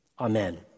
Amen